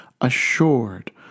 assured